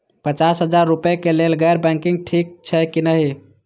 पचास हजार रुपए के लेल गैर बैंकिंग ठिक छै कि नहिं?